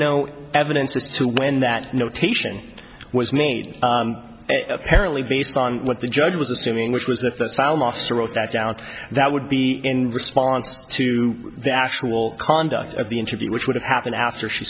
no evidence as to when that notation was made apparently based on what the judge was assuming which was that the sound officer wrote that down that would be in response to the actual conduct of the interview which would have happened after she